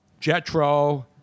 Jetro